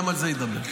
גם על זה אדבר.